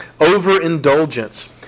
overindulgence